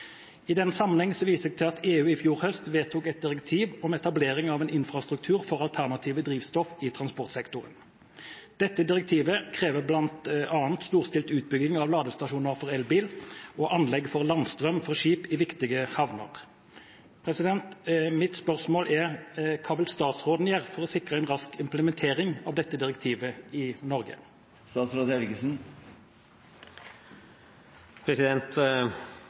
I den sammenheng viser jeg til at EU i fjor høst vedtok et direktiv om etablering av en infrastruktur for alternative drivstoff i transportsektoren. Dette direktivet krever bl.a. storstilt utbygging av ladestasjoner for elbil og anlegg for landstrøm for skip i viktige havner. Mitt spørsmål er: Hva vil statsråden gjøre for å sikre en rask implementering av dette direktivet i Norge?